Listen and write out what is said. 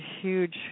huge